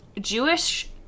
Jewish